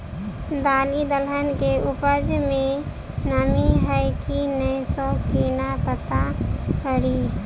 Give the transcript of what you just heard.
दालि दलहन केँ उपज मे नमी हय की नै सँ केना पत्ता कड़ी?